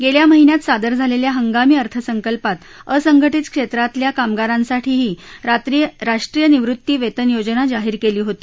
गेल्या महिन्यात सादर झालेल्या हंगामी अर्थसंकल्पात असंघटित क्षेत्रातल्या कामगारांसाठी ही राष्ट्रीय निवृत्ती वेतन योजना जाहीर केली होती